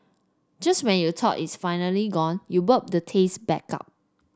just when you thought it's finally gone you burp the taste back up